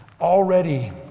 Already